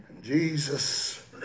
Jesus